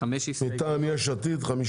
מטעם יש עתיד חמש